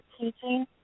teaching